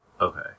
Okay